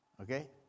Okay